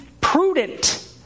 prudent